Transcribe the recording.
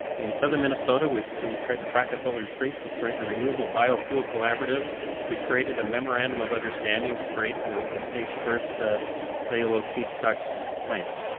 in southern minnesota we've tried to practice what we preach. we've created a renewable biofuel collaborative we've created a memorandum of understanding to create the the state's first ah cellulose feedstock plant.